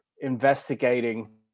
investigating